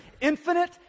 Infinite